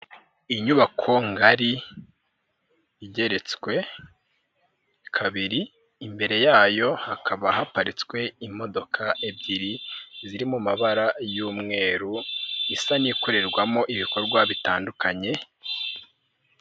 Inyubako ngari igeretswe kabiri imbere yayo hakaba haparitswe imodoka ebyiri ziri mu mabara y'umweru isa n'ikorerwamo ibikorwa bitandukanye.